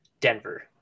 Denver